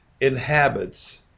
inhabits